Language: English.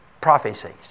prophecies